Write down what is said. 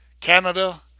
Canada